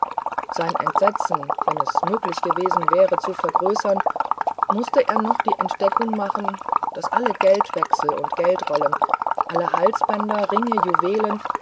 sein entsetzen wenn es möglich gewesen wäre zu vergrößern mußt er noch die entdeckung machen daß alle geldwechsel und geldrollen alle halsbänder ringe juwelen